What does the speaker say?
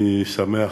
אני שמח,